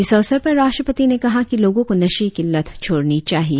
इस अवसर पर राष्ट्रपति ने कहा कि लोगो को नशे की लत छोड़नी चाहिए